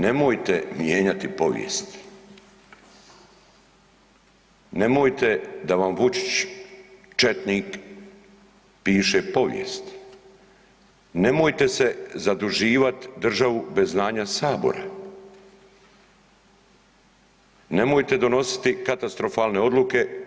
Nemojte mijenjati povijest, nemojte da vam Vučić četnik piše povijest, nemojte zaduživati državu bez znanja Sabora, nemojte donositi katastrofalne odluke.